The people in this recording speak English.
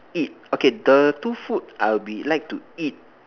eat okay the two food I will be like to eat